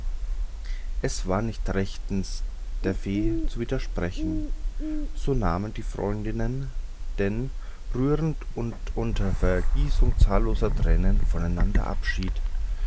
es war nicht rätlich der fee zu widersprechen so nahmen die freundinnen denn rührend und unter vergießung zahlloser tränen voneinander abschied